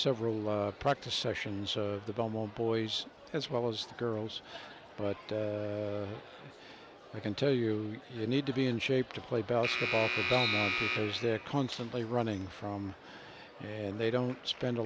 several practice sessions of the belmont boys as well as the girls but i can tell you they need to be in shape to play basketball as they're constantly running from and they don't spend a